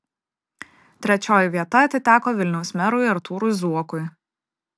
trečioji vieta atiteko vilniaus merui artūrui zuokui